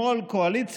שמאל,